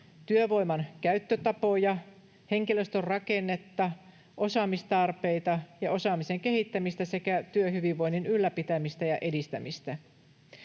työvoiman käyttötapoja, henkilöstön rakennetta, osaamistarpeita ja osaamisen kehittämistä sekä työhyvinvoinnin ylläpitämistä ja edistämistä.